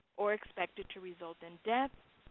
or expected to result in death.